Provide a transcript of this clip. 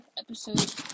episode